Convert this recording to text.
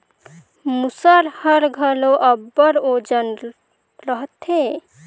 मूसर हर घलो अब्बड़ ओजन रहथे